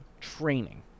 training